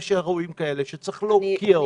אירועים כאלה שצריך להוקיע אותם.